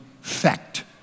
fact